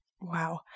Wow